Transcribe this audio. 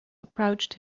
approached